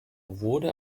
wurde